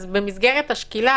אז במסגרת השקילה,